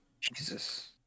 Jesus